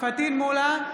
פטין מולא,